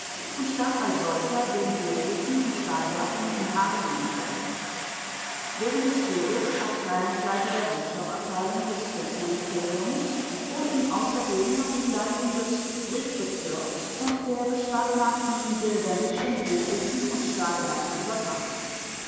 und stand als solcher den hochofen und stahlwerken in hagendingen vor während des krieges abteilungsleiter der rohstoffabteilung des kriegsministeriums wurde ihm außerdem noch die leitung des briegbezirks und der beschlagnahmten de wendelschen hochofen und stahlwerke übertragen